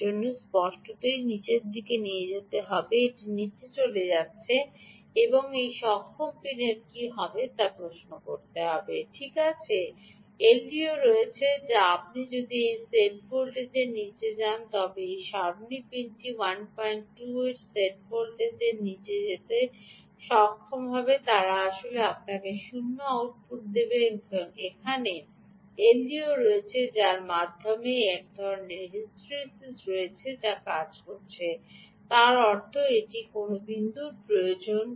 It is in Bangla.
যদি এটি 49 হয় তবে এটি স্পষ্টতই নীচে যেতে চলেছে এবং এটি নীচে চলে যাচ্ছে এবং এই সক্ষম পিনের কী হবে তা প্রশ্ন হবে ঠিক আছে এলডিওর রয়েছে যা আপনি যদি এই সেট ভোল্টেজের নীচে যান তবে এই সারণী পিনটি 12 এর সেট ভোল্টেজের নিচে যেতে সক্ষম করবে তারা আসলে আপনাকে 0 আউটপুট দেয় সেখানে এলডিওর রয়েছে যার মধ্যে এক ধরণের হিস্টেরিসিস রয়েছে যা কাজ করছে তার অর্থ এটি কোনও বিন্দুর প্রয়োজন